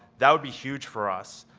that would be huge for us,